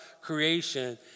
creation